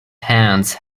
hands